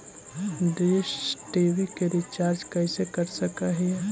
Dish TV के recharge कैसे कर सक हिय?